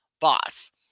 boss